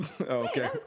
Okay